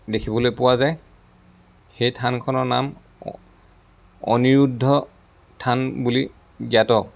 দেখিবলৈ পোৱা যায় সেই থানখনৰ নাম অ অনিৰুদ্ধ থান বুলি জ্ঞাত